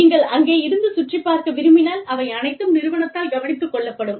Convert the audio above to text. நீங்கள் அங்கே இருந்து சுற்றிப் பார்க்க விரும்பினால் அவை அனைத்தும் நிறுவனத்தால் கவனித்துக் கொள்ளப்படும்